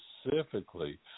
specifically